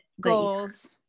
goals